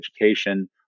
education